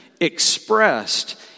Expressed